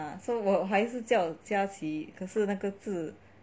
so 我还是叫嘉琪可是那个字